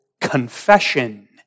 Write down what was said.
confession